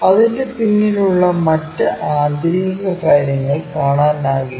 അതിന്റെ പിന്നിലുള്ള മറ്റ് ആന്തരിക കാര്യങ്ങൾ കാണാനാകില്ല